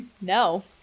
No